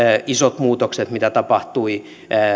isot muutokset mitä tapahtui